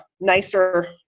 nicer